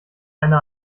eine